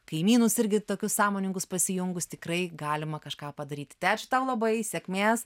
kaimynus irgi tokius sąmoningus pasijungus tikrai galima kažką padaryti tai ačiū tau labai sėkmės